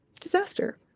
Disaster